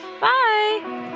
Bye